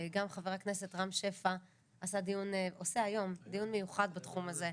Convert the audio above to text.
גם חבר הכנסת רם שפע עושה היום דיון מיוחד בתחום הזה.